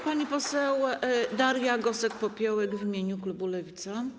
Pani poseł Daria Gosek-Popiołek w imieniu klubu Lewica.